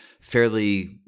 fairly